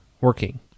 working